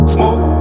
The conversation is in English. Smoke